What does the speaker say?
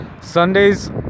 Sundays